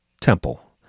Temple